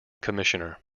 commissioner